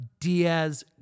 Diaz